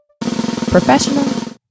Professional